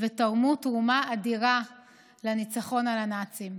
ותרמו תרומה אדירה לניצחון על הנאצים.